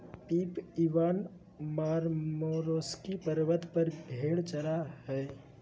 Pip Ivan मारमारोस्की पर्वत पर भेड़ चरा हइ